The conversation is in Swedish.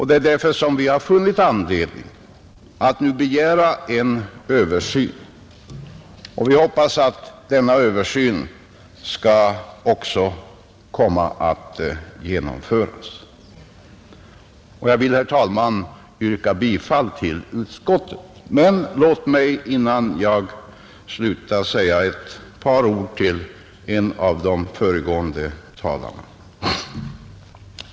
Det är därför vi har funnit anledning att nu begära en översyn, och vi hoppas att denna översyn också skall komma att genomföras. Jag vill, herr talman, yrka bifall till utskottets hemställan. Men låt mig, innan jag slutar, säga ett par ord till en av de föregående talarna.